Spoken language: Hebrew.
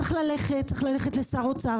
צריך ללכת לשר האוצר,